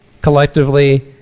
collectively